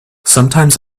sometimes